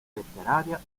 letteraria